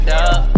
up